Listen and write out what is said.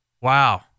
Wow